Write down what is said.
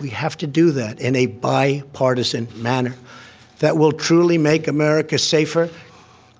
we have to do that in a bipartisan manner that will truly make america safer